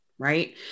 right